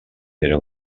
era